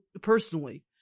personally